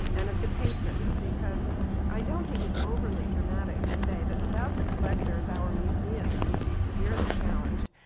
and of the patrons. because i don't think it's overly dramatic to say that without the collectors, our museums would be severely challenged.